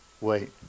Wait